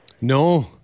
No